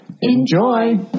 Enjoy